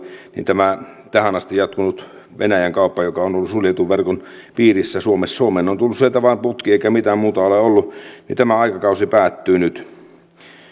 niin tähän asti jatkunut venäjän kaupan joka on ollut suljetun verkon piirissä kun suomeen on tullut sieltä vain putki eikä mitään muuta ole ollut aikakausi päättyy nyt